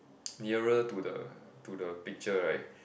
nearer to the to the picture right